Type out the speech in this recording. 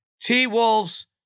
T-Wolves